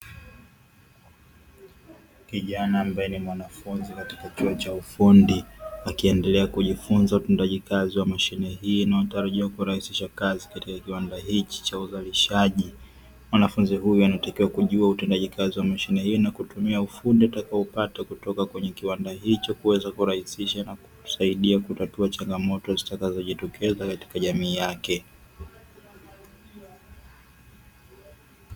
Kijana ambaye ni mwanafunzi katika chuo cha ufundi, wakiendelea kujifunza utendaji kazi wa mashine hii na utarajiwa kurahisisha kazi katika kiwanda hiki cha uzalishaji, mwanafunzi huyo anatakiwa kujua utendaji kazi wa machine hii na kutumia ufundi atakaopata kutoka kwenye kiwanda hicho kuweza kurahisisha na kutusaidia kutatua changamoto zitakazojitokeza katika jamii yake.